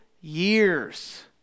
Years